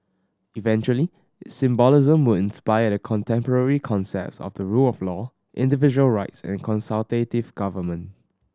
eventually its symbolism would inspire the contemporary concepts of the rule of law individual rights and consultative government